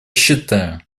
считаю